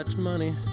money